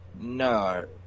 No